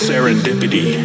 Serendipity